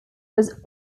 was